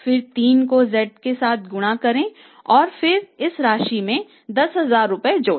फिर 3 को z के साथ गुणा करें और फिर इस राशि में 10000 रुपये जोड़े